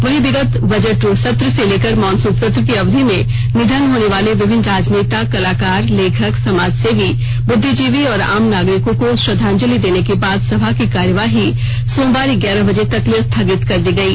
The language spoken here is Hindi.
वहीं विगत बजट सत्र से लेकर मॉनसून सत्र की अवधि में निधन होने वाले विभिन्न राजनेत कलाकार लेखक समाजसेवी बुद्धिजीवी और आम नागरिकों को श्रद्दांजलि देने के बाद सभा की कार्यवाही सोमवार ग्यारह बजे तक के लिए स्थगित कर दी गयी